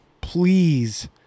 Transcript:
please